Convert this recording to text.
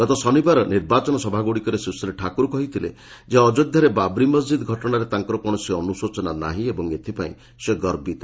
ଗତ ଶନିବାର ନିର୍ବାଚନ ସଭାଗୁଡ଼ିକରେ ସୁଶ୍ରୀ ଠାକୁର କହିଥିଲେ ଯେ ଅଯୋଧ୍ୟାରେ ବାବ୍ରି ମସ୍ଜିଦ୍ ଘଟଣାରେ ତାଙ୍କର କୌଣସି ଅନୁଶୋଚନା ନାହିଁ ଏବଂ ଏଥିପାଇଁ ସେ ଗର୍ବିତ